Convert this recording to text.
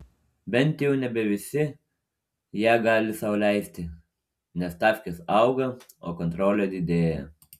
bent jau nebe visi ją gali sau leisti nes stavkės auga o kontrolė didėja